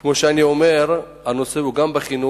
וכמו שאני אומר, הנושא הוא גם בחינוך.